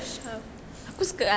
sure